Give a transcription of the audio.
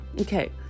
okay